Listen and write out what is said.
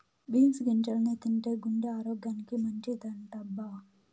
beans గింజల్ని తింటే గుండె ఆరోగ్యానికి మంచిదటబ్బా